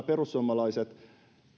perussuomalaiset